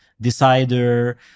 Decider